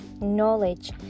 knowledge